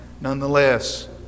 nonetheless